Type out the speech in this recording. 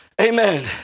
Amen